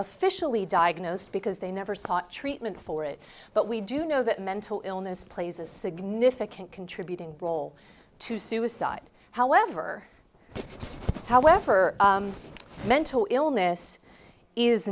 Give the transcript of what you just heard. officially diagnosed because they never sought treatment for it but we do know that mental illness plays a significant contributing role to suicide however however mental illness is